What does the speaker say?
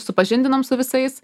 supažindinom su visais